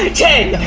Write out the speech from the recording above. ah ten,